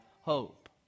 hope